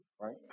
Right